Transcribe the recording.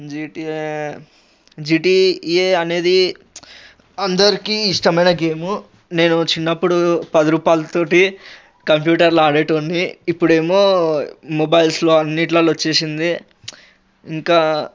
GTA GTA అనేది అందరికీ ఇష్టమైన గేమ్ నేను చిన్నప్పుడు పది రూపాయలతో కంప్యూటర్లో ఆడేటోడ్ని ఇప్పుడేమో మొబైల్స్లో అన్నిట్లో వచ్చేసింది ఇంకా